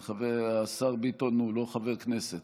השר ביטון הוא לא חבר הכנסת.